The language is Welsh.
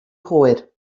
hwyr